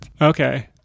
Okay